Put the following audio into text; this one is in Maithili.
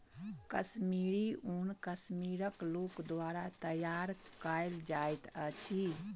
कश्मीरी ऊन कश्मीरक लोक द्वारा तैयार कयल जाइत अछि